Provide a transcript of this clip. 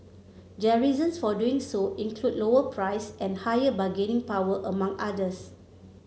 their reasons for doing so include lower price and higher bargaining power among others